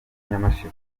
nyamasheke